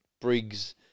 Briggs